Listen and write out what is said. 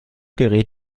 gerät